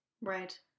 Right